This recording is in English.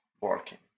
working